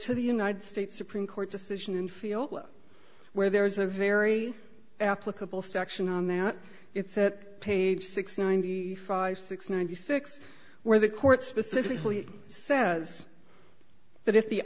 to the united states supreme court decision and feel where there is a very applicable section on that it's that page six ninety five six ninety six where the court specifically says that if the